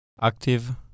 Active